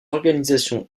organisation